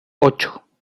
ocho